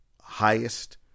highest